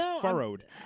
furrowed